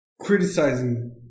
criticizing